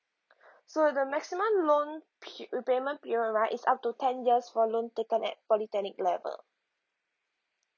so the maximum loan pe~ repayment period right is up to ten years for loan taken at polytechnic level